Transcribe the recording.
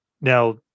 Now